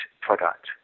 product